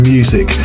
Music